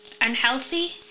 unhealthy